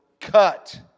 cut